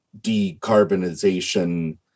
decarbonization